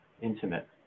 intimate